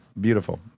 Beautiful